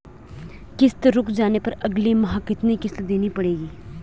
किश्त रुक जाने पर अगले माह कितनी किश्त देनी पड़ेगी?